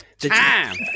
Time